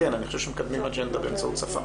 אני חושב שמקדמים אג'נדה באמצעות שפה.